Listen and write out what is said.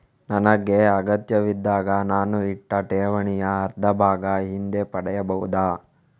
ನನಗೆ ಅಗತ್ಯವಿದ್ದಾಗ ನಾನು ಇಟ್ಟ ಠೇವಣಿಯ ಅರ್ಧಭಾಗ ಹಿಂದೆ ಪಡೆಯಬಹುದಾ?